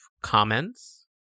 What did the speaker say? comments